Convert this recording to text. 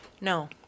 No